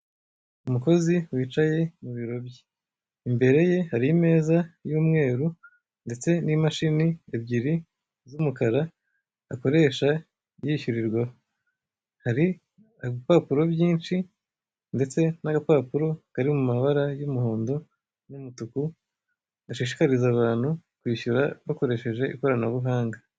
Umukozi wicaye mu biro bye, imbere ye hari imeza y'umweru ndetse n'imashini ebyiri z'umukara akoresha yishyurirwaho. Hari ibipapuro byinshi ndetse n'agapapuro kari ku mabara y'umuhondo n'umutuku, gashishikariza abantu kwishyura bakoresheje ikoranabuhanga.